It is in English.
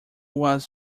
was